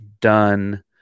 done